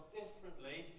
differently